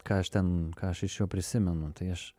ką aš ten ką aš iš jo prisimenu tai aš